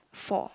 for